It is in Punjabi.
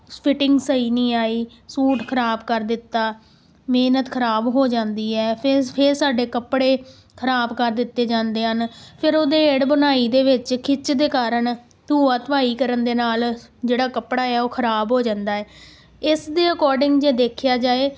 ਫਿਟਿੰਗ ਸਹੀ ਨਹੀਂ ਆਈ ਸੂਟ ਖ਼ਰਾਬ ਕਰ ਦਿੱਤਾ ਮਿਹਨਤ ਖ਼ਰਾਬ ਹੋ ਜਾਂਦੀ ਹੈ ਫਿਰ ਫਿਰ ਸਾਡੇ ਕੱਪੜੇ ਖ਼ਰਾਬ ਕਰ ਦਿੱਤੇ ਜਾਂਦੇ ਹਨ ਫਿਰ ਉਦੇੜ ਬੁਣਾਈ ਦੇ ਵਿੱਚ ਖਿੱਚ ਦੇ ਕਾਰਨ ਧੋਆ ਧੁਆਈ ਕਰਨ ਦੇ ਨਾਲ ਜਿਹੜਾ ਕੱਪੜਾ ਆ ਉਹ ਖ਼ਰਾਬ ਹੋ ਜਾਂਦਾ ਹੈ ਇਸ ਦੇ ਅਕੋਰਡਿੰਗ ਜੇ ਦੇਖਿਆ ਜਾਵੇ